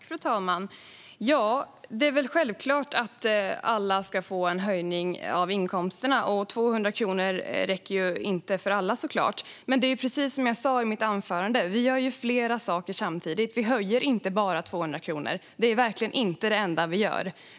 Fru talman! Det är väl självklart att alla ska få en inkomsthöjning. Det är klart att 200 kronor inte räcker för alla, men precis som jag sa i mitt anförande gör vi flera saker samtidigt. Höjningen med 200 kronor är verkligen inte det enda vi gör.